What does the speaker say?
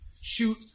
shoot